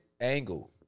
angle